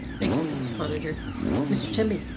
thank you mrs. cottager mr. timmy.